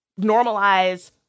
normalize